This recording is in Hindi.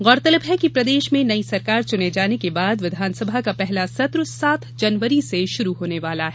गौरतलब है कि प्रदेश में नई सरकार चुने जाने के बाद विधानसभा का पहला सत्र सात जनवरी से शुरू होने वाला है